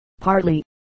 partly